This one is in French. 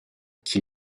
qui